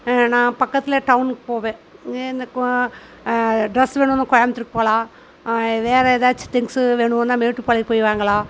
நான் பக்கத்தில் டவுனுக்கு போவேன் எனக்கு டிரெஸ் வேணும்னா கோயமுத்தூருக்கு போகலாம் வேற ஏதாச்சும் திங்ஸு வேணும்னா மேட்டுப்பாளையம் போய் வாங்கலாம்